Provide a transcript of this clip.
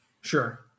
Sure